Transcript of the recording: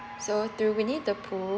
so through winnie the pooh